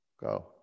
Go